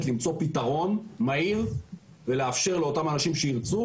למצוא פתרון מהיר ולאפשר לאותם אנשים שירצו,